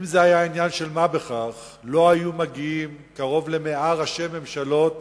אם זה היה עניין של מה בכך לא היו מגיעים קרוב ל-100 ראשי ממשלות